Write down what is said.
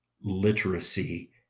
literacy